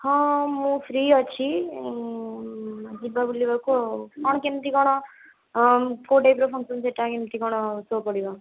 ହଁ ମୁଁ ଫ୍ରୀ ଅଛି ଯିବା ବୁଲିବାକୁ ଆଉ କେମିତି କ'ଣ କେଉଁ ଟାଇପ୍ର ଫଙ୍କସନ୍ ସେଇଟା କେମିତି କ'ଣ ସୋ ପଡ଼ିବ